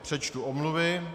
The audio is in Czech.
Přečtu omluvy.